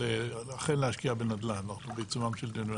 אכן להשקיע בנדל"ן, אנחנו בעיצומם של דיונים.